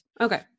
Okay